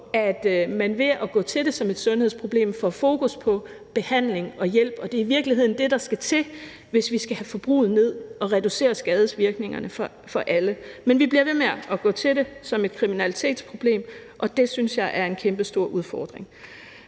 man ved at gå til det som et sundhedsproblem får fokus på behandling og hjælp, og det er i virkeligheden det, der skal til, hvis vi skal have forbruget ned og reducere skadesvirkningerne for alle. Men vi bliver ved med at gå til det som et kriminalitetsproblem, og det synes jeg er en kæmpestor udfordring.